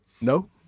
No